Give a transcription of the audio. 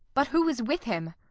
but who is with him?